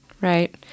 Right